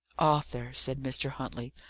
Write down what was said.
arthur, said mr. huntley,